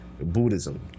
Buddhism